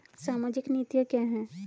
सामाजिक नीतियाँ क्या हैं?